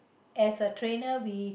as a trainer we